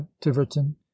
tiverton